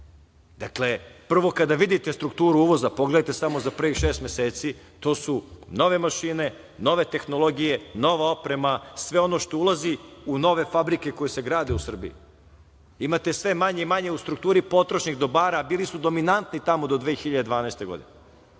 Dakle, prvo kada vidite strukturu uvoza, pogledajte samo za prvih šest meseci, to su nove mašine, nove tehnologije, nova oprema, sve ono što ulazi u nove fabrike koje se grade u Srbiji. Imate sve manje i manje u strukturi potrošnih dobara, a bili su dominanti tamo do 2012. godine. Onda